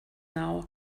now